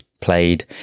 played